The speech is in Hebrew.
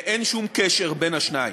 אין שום קשר בין השניים.